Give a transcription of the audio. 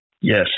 Yes